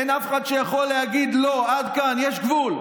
אין אף אחד שיכול להגיד: לא, עד כאן, יש גבול,